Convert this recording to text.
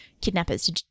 kidnappers